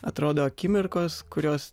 atrodo akimirkos kurios